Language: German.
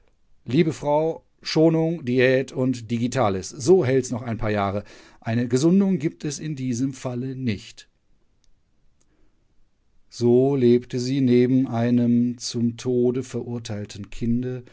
liebe frau schonung diät und digitalis so hält's noch ein paar jahre eine gesundung gibt es in diesem falle nicht so lebte sie neben einem zum tode verurteilten kinde